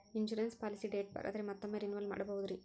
Insurance policy date ಬಾರ್ ಆದರೆ ಮತ್ತೊಮ್ಮೆ ರಿನಿವಲ್ ಮಾಡಬಹುದ್ರಿ?